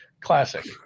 classic